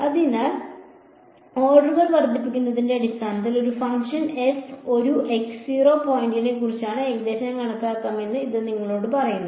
അതിനാൽ ഓർഡറുകൾ വർദ്ധിപ്പിക്കുന്നതിന്റെ അടിസ്ഥാനത്തിൽ ഒരു ഫംഗ്ഷൻ f ഒരു പോയിന്റിനെക്കുറിച്ച് ഏകദേശം കണക്കാക്കാമെന്ന് ഇത് നിങ്ങളോട് പറയുന്നു